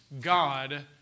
God